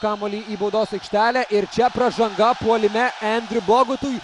kamuolį į baudos aikštelę ir čia pražanga puolime endriu bogutui